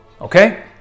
Okay